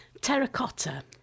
terracotta